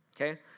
Okay